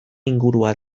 ingurua